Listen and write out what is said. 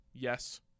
Yes